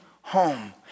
home